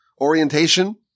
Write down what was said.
orientation